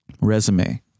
resume